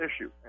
issue